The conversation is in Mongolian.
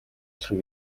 алхам